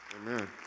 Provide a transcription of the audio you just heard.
Amen